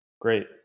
Great